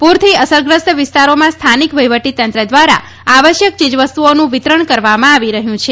પુરથી અસરગ્રસ્ત વિસ્તારોમાં સ્થાનિક વહિવટી તંત્ર દ્વારા આવશ્યક ચીજવસ્તુઓનું વિતરણ કરવામાં આવી રહ્યું છે